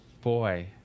boy